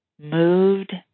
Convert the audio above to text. Moved